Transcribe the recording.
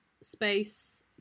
space